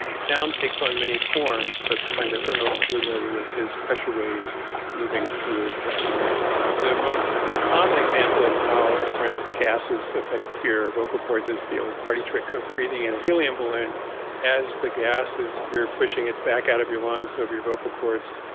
sound takes on many forms but the kind we're most familiar with is pressure waves moving through gas the most common example of how different gasses affect your vocal cords is the old party trick of breathing in a helium balloon as the gasses, you're pushing it back out of your lungs over your vocal cords,